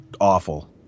awful